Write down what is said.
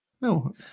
No